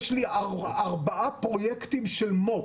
יש לי ארבעה פרויקטים של מו"פ.